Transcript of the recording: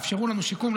אפשרו לנו שיקום,